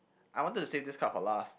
I wanted to save this card for last